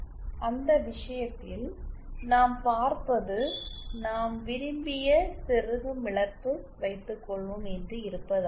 அந்த விஷயத்தில் நாம் பார்ப்பது நாம் விரும்பிய செருகும் இழப்பு வைத்துக்கொள்வோம் என்று இருப்பதாகும்